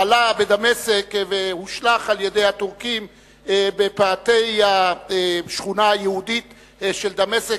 חלה בדמשק והושלך על-ידי הטורקים בפאתי השכונה היהודית של דמשק.